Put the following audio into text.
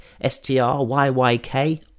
S-T-R-Y-Y-K